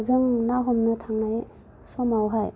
जों ना हमनो थांनो समावहाय